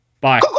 Bye